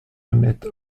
honnête